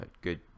good